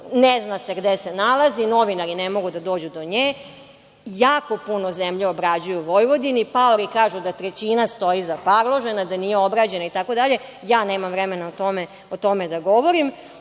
ne zna se gde se nalazi, novinari ne mogu da dođu do nje. Jako puno zemlje obrađuju u Vojvodini. Paori kažu da trećina stoji zaparloženo, da nije obrađena itd. Ja nemam vremena o tome da govorim. Ako